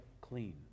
clean